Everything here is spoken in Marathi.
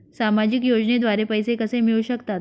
सामाजिक योजनेद्वारे पैसे कसे मिळू शकतात?